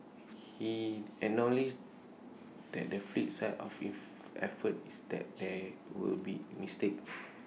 he acknowledged that the flip side of if effort is that there will be mistakes